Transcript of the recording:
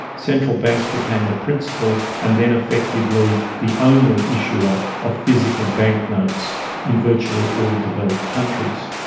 central banks became the principal, and then effectively the only issuer of physical bank notes in virtually all developed countries.